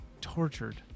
tortured